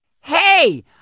Hey